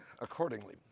accordingly